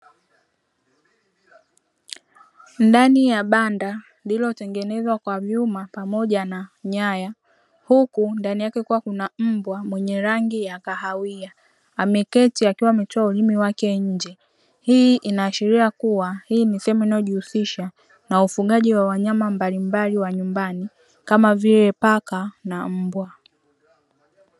Ndani ya banda lililotengenezwa kwa vyuma pamoja nyaya huku ndani yake kukiwa kuna mbwa mwenye rangi ya kahawia, ameketi ametoa ulimi wake nje, hii ina ashiria kuwa hii ni sehemu inayojihusisha na ufugaji wa wanyama mbalimbali wa nyumbani kama vile paka na mbwa.